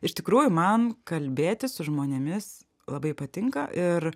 iš tikrųjų man kalbėtis su žmonėmis labai patinka ir